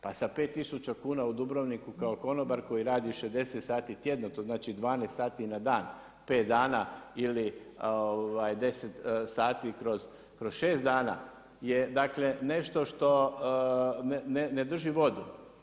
Pa sa 5000 kn u Dubrovniku kao konobar koji radi 60 sati tjedno, to znači 12 sati na dan, 5 dana ili 10 sati kroz 6 dana, je dakle nešto što ne drži vodu.